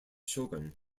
shogun